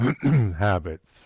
habits